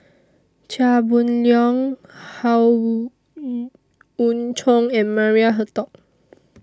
Chia Boon Leong Howe Yoon Chong and Maria Hertogh